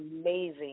amazing